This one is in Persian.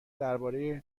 درباره